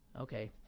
Okay